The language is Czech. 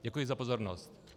Děkuji za pozornost.